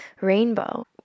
rainbow